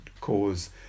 cause